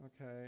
okay